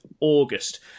August